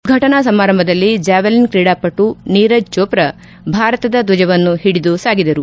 ಉದ್ವಾಟನಾ ಸಮಾರಂಭದಲ್ಲಿ ಜಾವೆಲಿನ್ ಕ್ರೀಡಾಪಟು ನೀರಜ್ ಜೋಪ್ರಾ ಭಾರತದ ಧ್ವಜವನ್ನು ಹಿಡಿದು ಸಾಗಿದರು